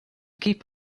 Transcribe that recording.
keep